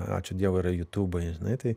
ačiū dievui yra jutubai žinai tai